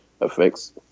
affects